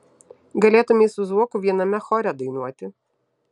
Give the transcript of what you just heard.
galėtumei su zuoku viename chore dainuoti